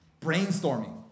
brainstorming